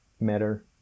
matter